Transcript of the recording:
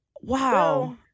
Wow